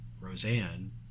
Roseanne